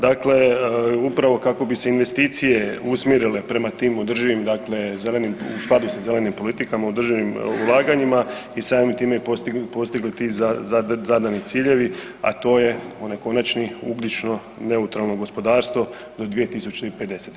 Dakle, upravo kako bi se investicije usmjerile prema tim održivim dakle zelenim, u skladu sa zelenim politikama i održivim ulaganjima i samim time i postigli ti zadani ciljevi, a to je onaj konačni ugljično neutralno gospodarstvo do 2050.